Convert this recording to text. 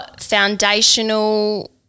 foundational